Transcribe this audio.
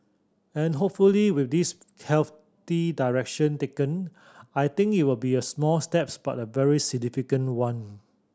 and hopefully with this healthy direction taken I think it will be a small steps but a very significant one